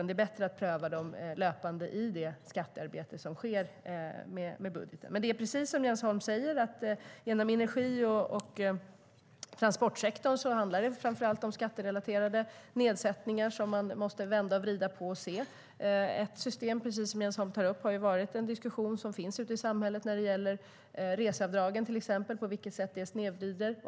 Det är bättre att pröva dem löpande i det skattearbete som sker vad gäller budgeten. Precis som Jens Holm säger handlar det inom energi och transportsektorn framför allt om skatterelaterade nedsättningar som man måste vända och vrida på. En diskussion som finns i samhället gäller till exempel reseavdragen och på vilket sätt det snedvrider.